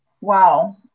Wow